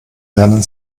lernen